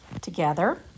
Together